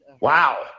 wow